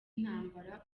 intambara